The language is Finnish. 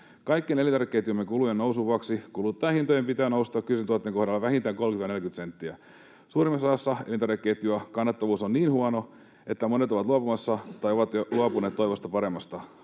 Kaikkien elintarvikeketjumme kulujen nousun vuoksi kuluttajahintojen pitää nousta kyseisen tuotteen kohdalla vähintään 30—40 senttiä. Suurimmassa osassa elintarvikeketjua kannattavuus on niin huono, että monet ovat luopumassa tai ovat jo luopuneet toivosta paremmasta.